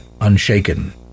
unshaken